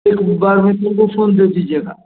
एक बार में केगो फ़ोन दे दीजिएगा